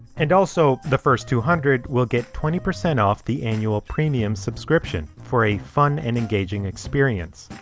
and also, the first two hundred will get twenty percent off the annual premium subscription for a fun and engaging experience.